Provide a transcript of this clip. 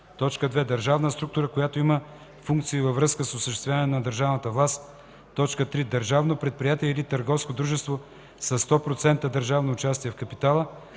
община; 2. държавна структура, която има функции във връзка с осъществяването на държавната власт; 3. държавно предприятие или търговско дружество със 100 на сто държавно участие в капитала;